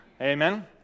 Amen